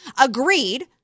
agreed